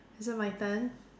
is it my turn